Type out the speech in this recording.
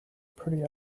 pretty